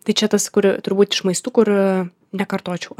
tai čia tas kur turbūt iš maistų kur nekartočiau